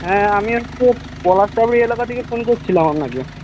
হ্যাঁ আমি হচ্ছে পলাশবনি এলাকা থেকে ফোন করছিলাম আপনাকে